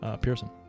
Pearson